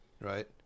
Right